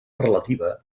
relativa